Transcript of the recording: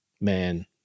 Man